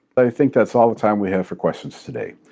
i think that's all the time we have for questions today.